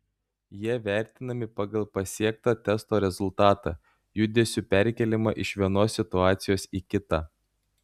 jie vertinami pagal pasiektą testo rezultatą judesių perkėlimą iš vienos situacijos į kitą